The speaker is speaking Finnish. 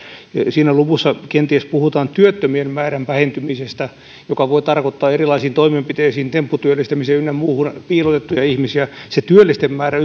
siinä luvussa kenties puhutaan työttömien määrän vähentymisestä joka voi tarkoittaa erilaisiin toimenpiteisiin tempputyöllistämiseen ynnä muuhun piilotettuja ihmisiä se työllisten määrä